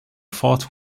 fought